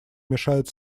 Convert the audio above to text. мешают